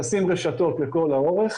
תשים רשתות לכל האורך,